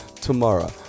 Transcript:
tomorrow